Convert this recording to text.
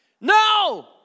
No